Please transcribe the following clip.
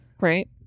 Right